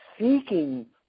seeking